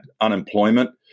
unemployment